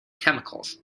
chemicals